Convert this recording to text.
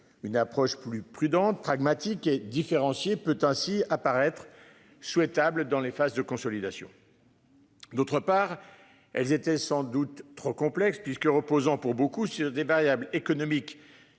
Une approche plus prudente pragmatiques et différenciées peut ainsi apparaître. Souhaitables dans les phases de consolidation. D'autre part, elles étaient sans doute trop complexe puisque reposant pour beaucoup sur des variables économiques